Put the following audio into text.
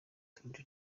tour